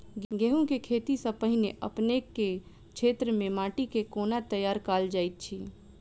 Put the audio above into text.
गेंहूँ केँ खेती सँ पहिने अपनेक केँ क्षेत्र मे माटि केँ कोना तैयार काल जाइत अछि?